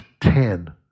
Ten